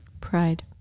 pride